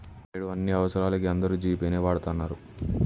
నేడు అన్ని అవసరాలకీ అందరూ జీ పే నే వాడతన్నరు